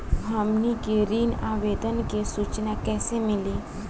हमनी के ऋण आवेदन के सूचना कैसे मिली?